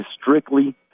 strictly